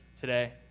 today